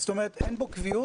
בו קביעות,